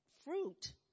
fruit